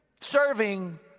serving